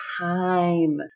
time